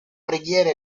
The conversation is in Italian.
preghiera